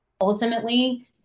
Ultimately